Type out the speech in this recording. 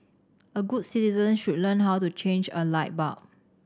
all good citizens should learn how to change a light bulb